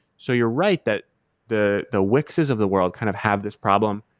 so you're right that the the wix's of the world kind of have this problem.